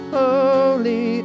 holy